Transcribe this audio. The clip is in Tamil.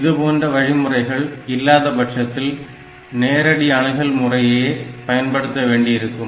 இதுபோன்ற வழிமுறைகள் இல்லாதபட்சத்தில் நேரடி அணுகல் முறையையே பயன்படுத்த வேண்டியிருக்கும்